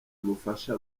bufasha